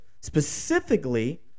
specifically